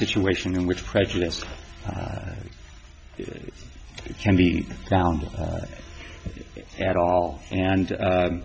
situation in which prejudice can be found at all and